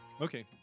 okay